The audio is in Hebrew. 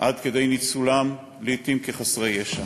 עד כדי ניצולם לעתים כחסרי ישע.